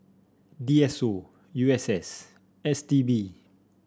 D S O U S S S T B